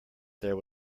there